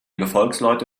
gefolgsleute